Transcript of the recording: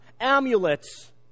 amulets